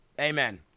Amen